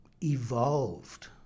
evolved